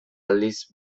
aldiz